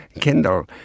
Kindle